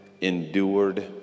endured